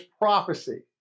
prophecy